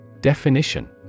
Definition